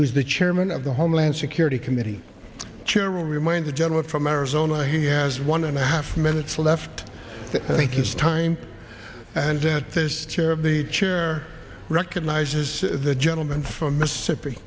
who's the chairman of the homeland security committee chair will remind the general from arizona he has one and a half minutes left i think it's time and then there's chair of the chair recognizes the gentleman from mississippi